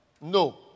No